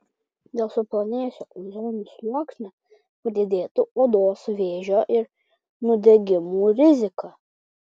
dėl suplonėjusio ozono sluoksnio padidėtų odos vėžio ir nudegimų rizika